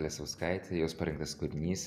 lesauskaitė jos parinktas kūrinys